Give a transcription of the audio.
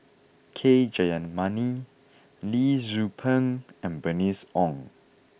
K Jayamani Lee Tzu Pheng and Bernice Ong